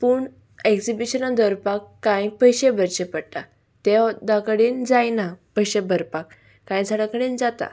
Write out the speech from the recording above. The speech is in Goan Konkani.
पूण एक्जिबिशन दवरपाक कांय पयशे भरचे पडटा ते अदा कडेन जायना पयशे भरपाक कांय झाडा कडेन जाता